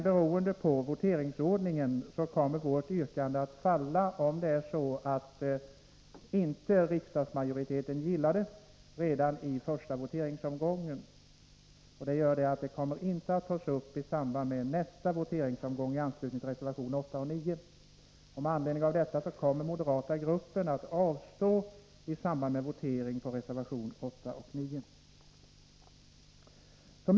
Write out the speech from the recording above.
Beroende på voteringsordningen kommer vårt yrkande att falla, om det är så att riksdagsmajoriteten inte bifaller det redan i första voteringsomgången. Det kommer alltså då inte att tas upp i samband med nästa voteringsomgång beträffande reservationerna 8 och 9. Med anledning härav kommer den moderata riksdagsgruppen att avstå från att rösta i voteringen beträffande reservation 8 och 9.